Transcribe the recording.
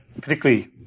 particularly